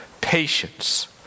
patience